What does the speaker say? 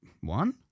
One